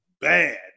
bad